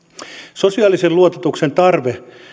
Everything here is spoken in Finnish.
sosiaalisen luototuksen tarve